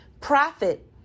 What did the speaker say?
Profit